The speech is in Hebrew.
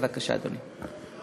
בבקשה, אדוני.